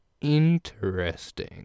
interesting